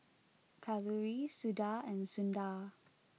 Kalluri Suda and Sundar